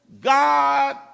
God